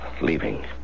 leaving